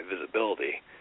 visibility